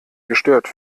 gestört